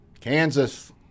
Kansas